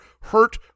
hurt